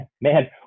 man